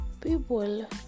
People